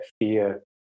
fear